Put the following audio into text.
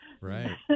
right